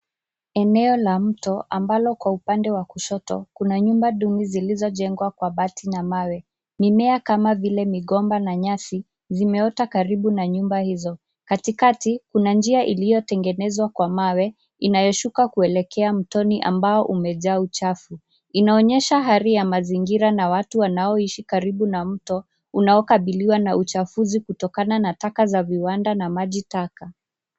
Eneo la mto ambalo kwa upande wa kushoto, kuna nyumba duni zilizojengwa kwa mabati na mawe. Mimea kama vile migomba na nyasi zimeota karibu na nyumba hizo. Katikati, kuna njia iliyotengenezwa kwa mawe inayoshuka kuelekewa mtoni ambao umejaa uchafu. Inaonyesha hali ya mazingira na watu wanaoishi karibu na mto unaokabiliwa na uchafuzi kutokana na taka za viwanda na maji taka.